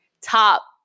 top